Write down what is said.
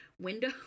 window